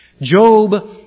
Job